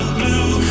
blue